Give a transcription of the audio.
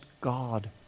God